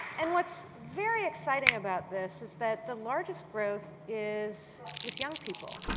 and what's very exciting about this is that the largest growth is with young people,